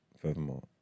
Furthermore